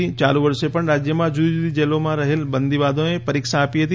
યાલુ વર્ષે પણ રાજ્યમાં જુદી જુદી જેલોમાં રહેલ બંદીવાનોએ પરીક્ષા આપી હતી